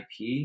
IP